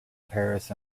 paris